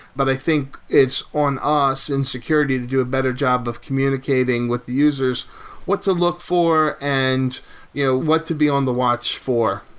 but i think it's on us, in security, to do a better job of communicating with users what to look for and you know what to be on the watch for.